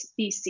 BC